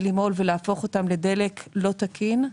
למהול ולהפוך אותן לדלק לא תקין,